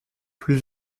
plus